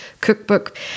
cookbook